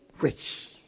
rich